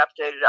updated